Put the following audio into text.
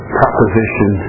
proposition